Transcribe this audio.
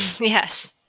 Yes